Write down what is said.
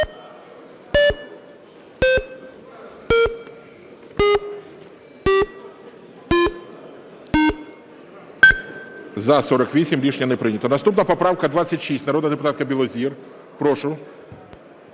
За-48 Рішення не прийнято. Наступна поправка 26. Народна депутатка Білозір, прошу.